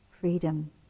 freedom